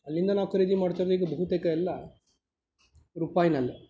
ಅಲ್ಲಿಂದ ನಾವು ಖರೀದಿ ಮಾಡ್ತಾಯಿರೋದು ಈಗ ಬಹುತೇಕ ಎಲ್ಲ ರೂಪಾಯ್ನಲ್ಲೆ